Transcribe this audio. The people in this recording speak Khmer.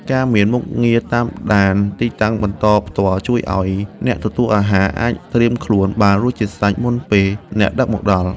ការមានមុខងារតាមដានទីតាំងបន្តផ្ទាល់ជួយឱ្យអ្នកទទួលអាហារអាចត្រៀមខ្លួនបានរួចជាស្រេចមុនពេលអ្នកដឹកមកដល់។